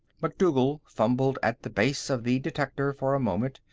macdougal fumbled at the base of the detector for a moment,